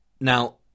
Now